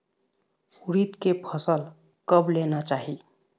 उरीद के फसल कब लेना चाही?